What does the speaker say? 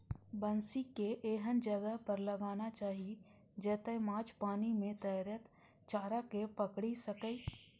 बंसी कें एहन जगह पर लगाना चाही, जतय माछ पानि मे तैरैत चारा कें पकड़ि सकय